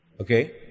Okay